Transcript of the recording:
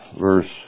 verse